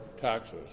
taxes